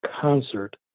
concert